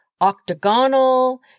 octagonal